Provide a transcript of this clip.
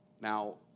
Now